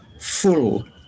full